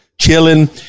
chilling